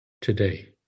today